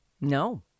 No